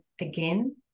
again